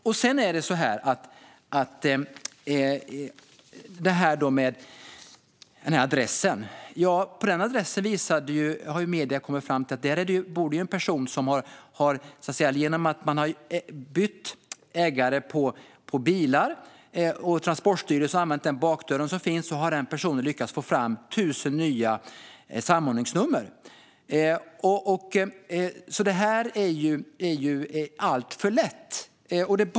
När det gäller den aktuella adressen har medierna kommit fram till att det där bor en person som genom att byta ägare på bilar och använda den bakdörr som finns hos Transportstyrelsen har lyckats få fram 1 000 nya samordningsnummer. Detta är alltså alltför lätt.